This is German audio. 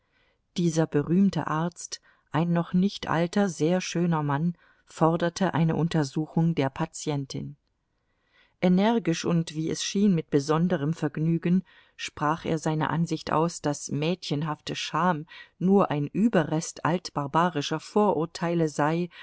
dieser berühmte arzt ein noch nicht alter sehr schöner mann forderte eine untersuchung der patientin energisch und wie es schien mit besonderem vergnügen sprach er seine ansicht aus daß mädchenhafte scham nur ein überrest altbarbarischer vorurteile sei